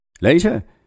Later